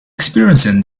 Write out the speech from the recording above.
experiencing